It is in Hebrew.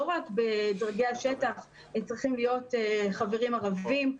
לא רק בדרגי השטח צריכים להיות חברים ערבים.